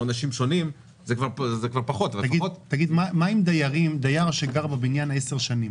או אנשים שונים זה כבר פחות --- תגיד מה עם דייר שגר בבניין 10 שנים?